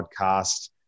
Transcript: Podcast